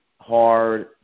hard